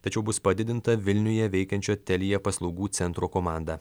tačiau bus padidinta vilniuje veikiančio telia paslaugų centro komanda